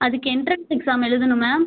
அதுக்கு entrance exam எழுதணும் ma'am